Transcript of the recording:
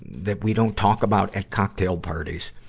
that we don't talk about at cocktail parties.